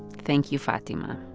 thank you, fatima.